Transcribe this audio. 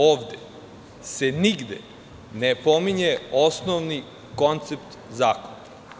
Ovde se nigde ne pominje osnovni koncept zakona.